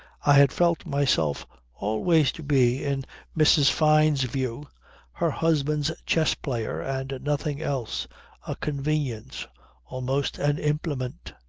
i had felt myself always to be in mrs. fyne's view her husband's chess-player and nothing else a convenience almost an implement.